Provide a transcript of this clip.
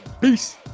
Peace